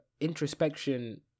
introspection